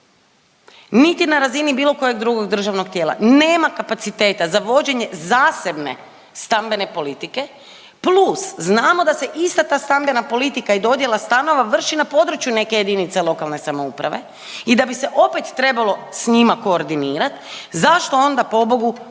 niti na razini bilo kojeg drugog državnog tijela nema kapaciteta za vođenje zasebne stambene politike plus znamo da se ista ta stambena politika i dodjela stanova vrši na području neke jedinice lokalne samouprave i da bi se opet trebalo s njima koordinirati zašto onda pobogu